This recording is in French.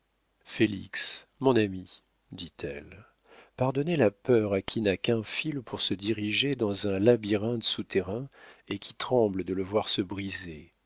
félix mon ami dit-elle pardonnez la peur à qui n'a qu'un fil pour se diriger dans un labyrinthe souterrain et qui tremble de le voir se briser